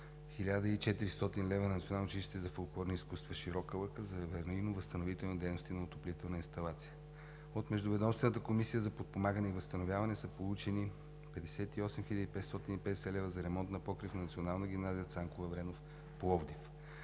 1400 лв. на Националното училище за фолклорни изкуства – Широка лъка, за аварийно-възстановителни дейности на отоплителна инсталация. От Междуведомствената комисия за подпомагане и възстановяване са получени 58 550 хил. лв. за ремонт на покрив на Националната гимназия „Цанко Лавренов“ – Пловдив.